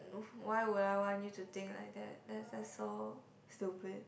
w~ why would I want you to think like that that's that's so stupid